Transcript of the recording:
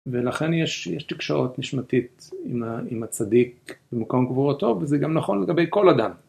ולכן יש יש תקשורת נשמתית עם עם הצדיק במקום קבורתו וזה גם נכון לגבי כל אדם.